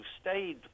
stayed